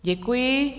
Děkuji.